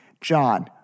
John